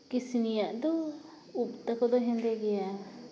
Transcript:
ᱠᱤᱥᱱᱤᱭᱟᱜ ᱫᱚ ᱩᱵ ᱛᱟᱠᱚ ᱫᱚ ᱦᱮᱸᱫᱮ ᱜᱮᱭᱟ